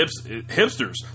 hipsters